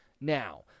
now